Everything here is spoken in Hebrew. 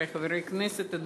חברי חברי הכנסת,